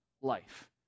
life